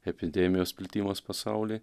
epidemijos plitimas pasauly